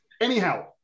Anyhow